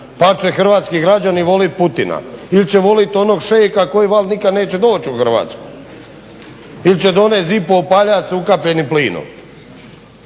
Pa će hrvatski građani voljeti Putina. Ili će voljeti onog šeika koji nikad neće doći u Hrvatsku. Ili će donijeti ZIPO upaljač sa ukapljenim plinom.